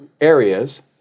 areas